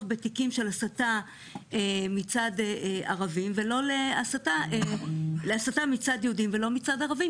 בתיקים של הסתה מצד יהודים ולא מצד ערבים,